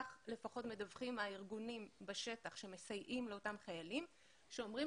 כך לפחות מדווחים הארגונים בשטח שמסייעים לאותם חיילים שאומרים